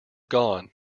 gone